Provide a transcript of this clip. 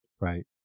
right